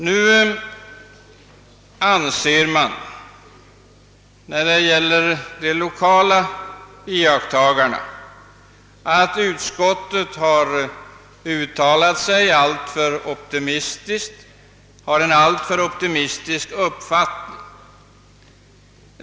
Lokala iakttagare anser emellertid att utskottet på denna punkt har en alltför optimistisk uppfattning.